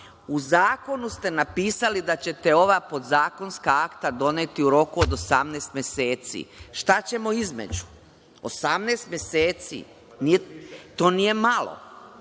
u zakonu ste napisali da ćete ova podzakonska akta doneti u roku od 18 meseci. Šta ćemo između? Osamnaest meseci, to nije malo.